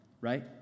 right